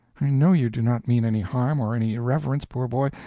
i know you do not mean any harm or any irreverence, poor boy,